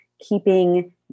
keeping